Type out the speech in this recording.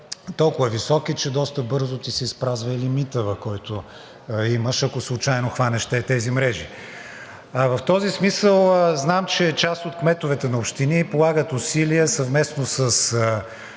толкова високи, че доста бързо ти се изпразва и лимитът, който имаш, ако случайно хванеш тези мрежи. В този смисъл знам, че част от кметовете на общини полагат усилия съвместно с